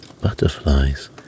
butterflies